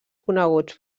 coneguts